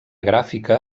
gràfica